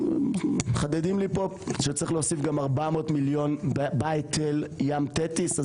מחדדים לי פה שצריך להוסיף גם 400 מיליון בהיטל ים תטיס,